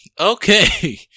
Okay